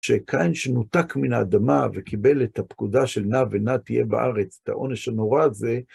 שקין שנותק מן האדמה וקיבל את הפקודה של נע ונד תהיה בארץ, את העונש הנורא הזה,